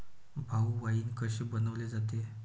भाऊ, वाइन कसे बनवले जाते?